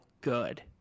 good